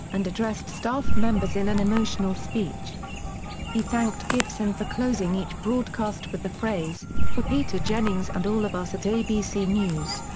and addressed staff members in an emotional speech he thanked gibson for closing each broadcast with the phrase, for peter jennings and all of us at abc news.